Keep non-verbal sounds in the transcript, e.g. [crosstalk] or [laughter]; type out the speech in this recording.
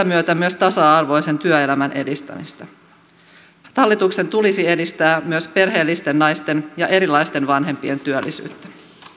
[unintelligible] myötä myös tasa arvoisen työelämän edistämistä hallituksen tulisi edistää myös perheellisten naisten ja erilaisten vanhempien työllisyyttä